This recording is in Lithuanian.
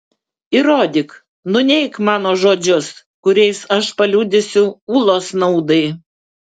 įrodyk nuneik mano žodžius kuriais aš paliudysiu ulos naudai